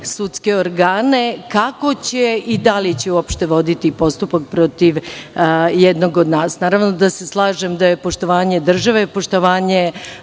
sudske organe kako će i da li će voditi postupak protiv jednog od nas. Slažem se da je poštovanje države, poštovanje